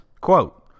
quote